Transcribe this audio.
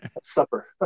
Supper